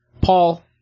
Paul